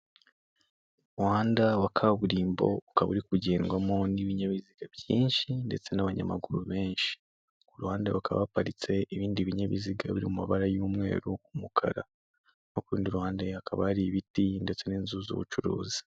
Umuhanda wa kaburimbo ukaba uri kugendwamo n'ibinyabiziga byinshi ndetse n'abanyamaguru benshi. Ku ruhande hakaba haparitse ibindi binyabiziga biri mu mabara y'umweru n'umukara kurundi ruhande hakaba hari ibiti ndetse n'inzu z'ubucuruzi.